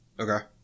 Okay